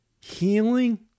Healing